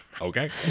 okay